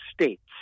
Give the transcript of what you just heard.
states